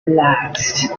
relaxed